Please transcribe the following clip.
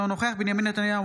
אינו נוכח בנימין נתניהו,